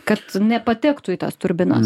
kad nepatektų į tas turbinas